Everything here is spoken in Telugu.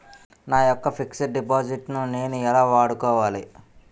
నా యెక్క ఫిక్సడ్ డిపాజిట్ ను నేను ఎలా వాడుకోవాలి?